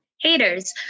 haters